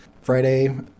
Friday